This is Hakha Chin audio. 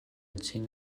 cin